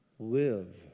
live